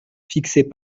fixées